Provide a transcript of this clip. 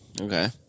Okay